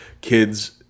kids